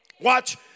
watch